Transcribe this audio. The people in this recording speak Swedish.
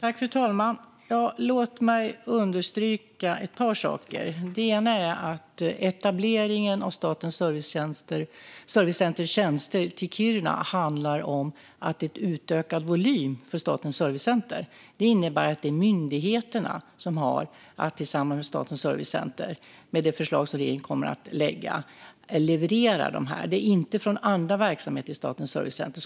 Fru talman! Låt mig understryka ett par saker. Det ena är att etableringen av Statens servicecenters tjänster till Kiruna handlar om en utökad volym för Statens servicecenter. Det innebär att det, enligt det förslag som regeringen kommer att lägga fram, är myndigheterna som tillsammans med Statens servicecenter har att leverera detta - det är inte från andra verksamheter i Statens servicecenter.